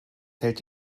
hält